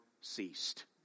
ceased